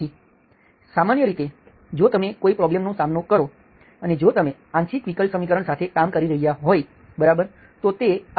તેથી સામાન્ય રીતે જો તમે કોઈ પ્રોબ્લેમનો સામનો કરો અને જો તમે આંશિક વિકલ સમીકરણ સાથે કામ કરી રહ્યા હોય બરાબર